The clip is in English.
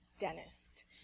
dentist